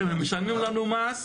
קודם הם משלמים לנו מס.